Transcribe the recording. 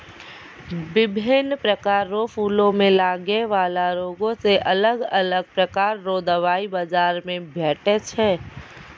बिभिन्न प्रकार रो फूलो मे लगै बाला रोगो मे अलग अलग प्रकार रो दबाइ बाजार मे भेटै छै